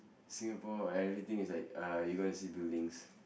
Singapore everything is like uh you got to see buildings